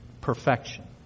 perfection